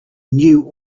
knew